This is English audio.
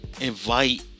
Invite